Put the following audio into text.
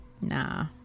Nah